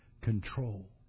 control